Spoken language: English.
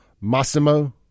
Massimo